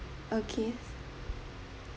okay